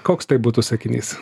koks tai būtų sakinys